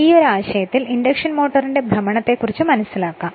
ഈയൊരു ആശയത്തിൽ ഒരു ഇൻഡക്ഷൻ മോട്ടോറിന്റെ ഭ്രമണത്തെ കുറിച്ച് മനസ്സിലാക്കാം